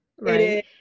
right